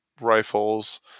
rifles